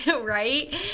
right